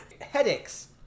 Headaches